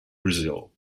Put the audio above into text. brazil